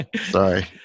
Sorry